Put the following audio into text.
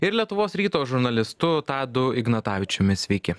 ir lietuvos ryto žurnalistu tadu ignatavičiumi sveiki